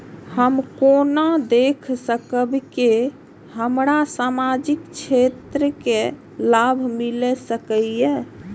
हम केना देख सकब के हमरा सामाजिक क्षेत्र के लाभ मिल सकैये?